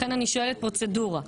לכן אני שואלת פרוצדורה.